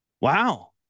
wow